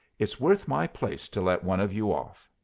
it's worth my place to let one of you off.